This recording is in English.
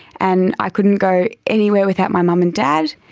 and i couldn't go anywhere without my mum and dad.